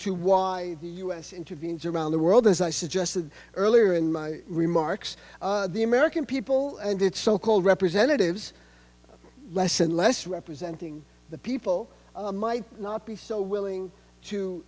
to why the us intervenes around the world as i suggested earlier in my remarks the american people and its so called representatives less and less representing the people might not be so willing to